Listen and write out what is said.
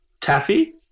Taffy